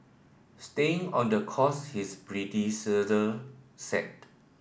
staying on the course his predecessor set